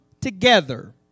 together